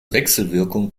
wechselwirkung